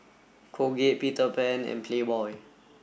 Colgate Peter Pan and Playboy